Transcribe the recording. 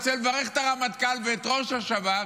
רוצה לברך את הרמטכ"ל ואת ראש השב"כ,